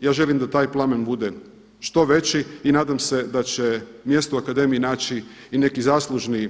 Ja želim da taj plamen bude što veći i nadam se da će mjesto u akademiji naći i neki zaslužni